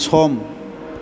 सम